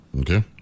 okay